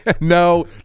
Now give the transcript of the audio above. no